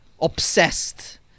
obsessed